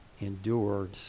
endured